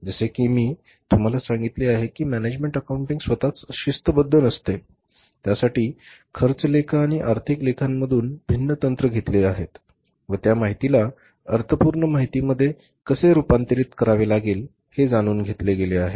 जसे की मी तुम्हाला सांगितले आहे की मॅनेजमेंट अकाउंटिंग स्वतःच शिस्तबद्ध नसते त्यासाठी खर्च लेखा आणि आर्थिक लेखामधून भिन्न तंत्र घेतले आहेत व त्या माहितीला अर्थपूर्ण माहितीमध्ये कसे रूपांतरित करावे लागेल हे जाणून घेतले गेले आहेत